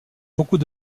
beaucoup